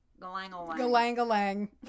Galangalang